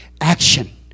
Action